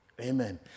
Amen